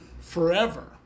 forever